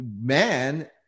Man